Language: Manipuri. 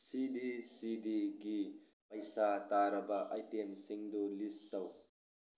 ꯁꯤꯙꯤ ꯁꯤꯙꯤꯒꯤ ꯄꯩꯁꯥ ꯇꯥꯔꯕ ꯑꯥꯏꯇꯦꯝꯁꯤꯡꯗꯨ ꯂꯤꯁ ꯇꯧ